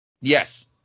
Yes